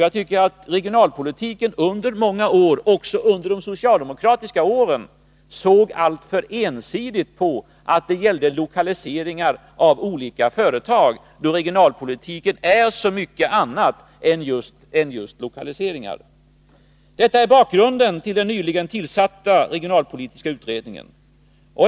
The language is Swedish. Jag tycker att regionalpolitiken under många år — också under de socialdemokratiska åren — såg alltför ensidigt på att det gällde lokaliseringar av olika företag. Regionalpolitiken är så mycket annat än lokaliseringar. Detta är bakgrunden till den nyligen tillsatta regionalpolitiska utredningen.